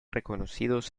reconocidos